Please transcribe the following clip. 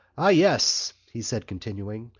ah, yes, he said, continuing,